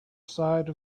side